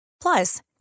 Plus